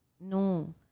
No